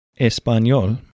español